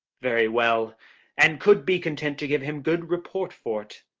very well and could be content to give him good report for't,